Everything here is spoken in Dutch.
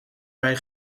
wij